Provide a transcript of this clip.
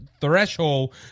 threshold